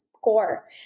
Core